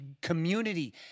community